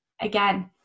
again